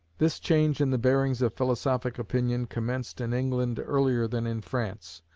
this change in the bearings of philosophic opinion commenced in england earlier than in france,